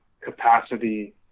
capacity